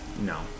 No